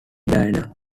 diana